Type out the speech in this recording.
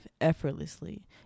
effortlessly